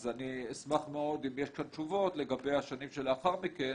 אז אני אשמח מאוד אם יש כאן תשובות לגבי השנים שלאחר מכן,